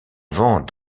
vent